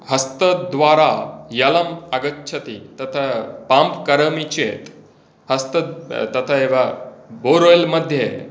हस्तद्वारा जलम् अगच्छति तत्र पम्प् करोमि चेत् हस्त तत एव बोर्वेल् मध्ये